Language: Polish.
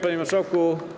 Panie Marszałku!